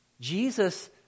Jesus